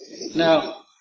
Now